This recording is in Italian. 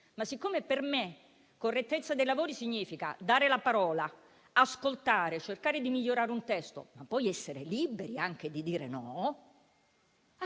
Ma, siccome per me correttezza dei lavori significa dare la parola, ascoltare e cercare di migliorare un testo, e poi essere liberi anche di dire no,